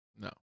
No